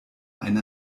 eine